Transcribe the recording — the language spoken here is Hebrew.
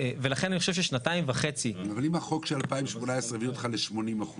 ולכן אני חושב ששנתיים וחצי --- אבל אם החוק של 2018 הביא אותך ל-80%.